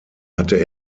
hatte